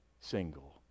single